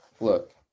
look